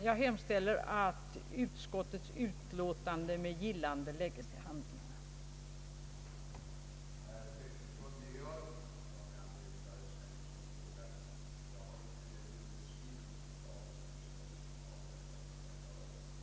Jag hemställer att utskottets memorial med gillande lägges till handlingarna.